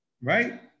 right